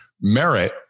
merit